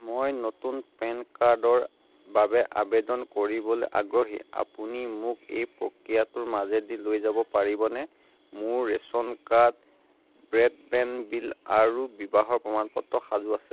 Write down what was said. মই নতুন পেন কাৰ্ডৰ বাবে আবেদন কৰিবলৈ আগ্ৰহী আপুনি মোক এই প্ৰক্ৰিয়াটোৰ মাজেদি লৈ যাব পাৰিবনে মোৰ ৰেচন কাৰ্ড ব্ৰডবেণ্ড বিল আৰু বিবাহৰ প্ৰমাণপত্ৰ সাজু আছে